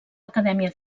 acadèmia